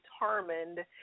determined